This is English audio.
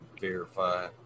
verify